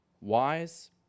wise